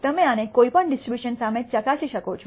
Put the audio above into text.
તમે આને કોઈપણ ડિસ્ટ્રીબ્યુશન સામે ચકાસી શકો છો